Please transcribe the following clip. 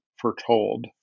Foretold